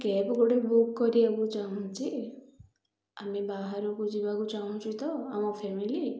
cab ଗୋଟେ book କରିବାକୁ ଚାହୁଁଛି ଆମେ ବାହାରକୁ ଯିବାକୁ ଚାହୁଁଛୁ ତ ଆମ ଫ୍ୟାମିଲି